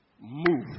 move